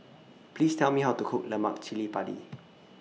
Please Tell Me How to Cook Lemak Cili Padi